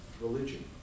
religion